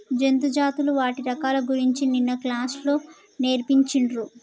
జంతు జాతులు వాటి రకాల గురించి నిన్న క్లాస్ లో నేర్పిచిన్రు